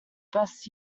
best